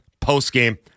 postgame